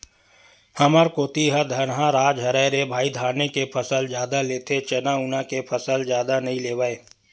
हमर कोती ह धनहा राज हरय रे भई धाने के फसल जादा लेथे चना उना के फसल जादा नइ लेवय